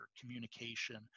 communication